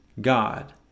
God